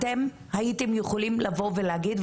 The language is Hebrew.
אתם הייתם יכולים לבוא ולהגיד,